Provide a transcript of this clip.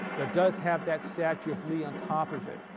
but does have that statue of lee on top of it,